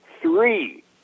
three